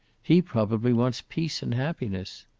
he probably wants peace and happiness?